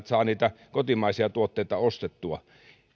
saa niitä kotimaisia tuotteita ostettua